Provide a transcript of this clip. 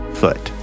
foot